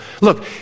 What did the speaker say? Look